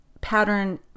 pattern